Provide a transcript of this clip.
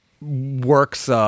works